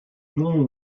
non